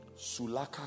Sulaka